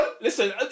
Listen